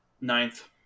Ninth